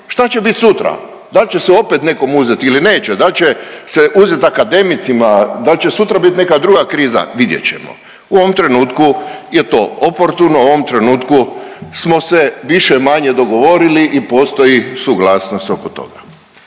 Šta će biti sutra, da li će opet nekom uzeti ili neće, da li će se uzeti akademicima, da li će sutra biti neka druga kriza vidjet ćemo. U ovom trenutku je to oportuno, u ovom trenutku smo se više-manje dogovorili i postoji suglasnost oko toga.